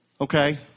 Okay